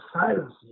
silence